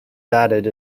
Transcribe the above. batted